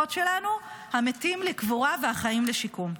והחטופות שלנו, המתים, לקבורה, והחיים, לשיקום.